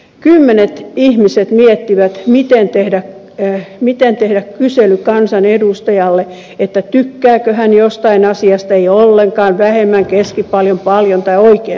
kymmenet ihmiset miettivät miten tehdä kysely kansanedustajalle tykkääkö hän jostain asiasta ei ollenkaan vähemmän keskipaljon paljon tai oikein paljon